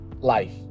life